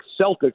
Celtics